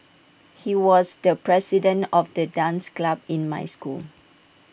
he was the president of the dance club in my school